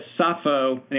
Sappho